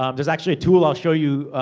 um there's actually a tool i'll show you,